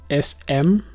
SM